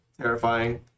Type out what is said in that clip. terrifying